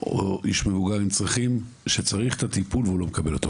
או איש מבוגר עם צרכים שצריכים את הטיפול ולא מקבלים אותו.